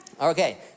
Okay